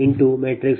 2832 0